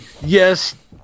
yes